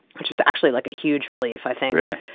which was actually, like, a huge relief, i think really?